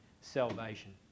salvation